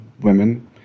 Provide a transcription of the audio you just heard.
women